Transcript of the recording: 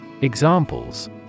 Examples